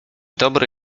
dobry